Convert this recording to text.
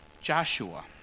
Joshua